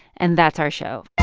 and that's our show